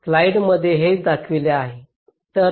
तर स्लाइड मध्ये हेच दाखवले आहे